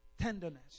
tenderness